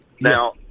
Now